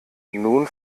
nun